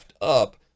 up